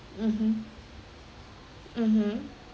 mmhmm mmhmm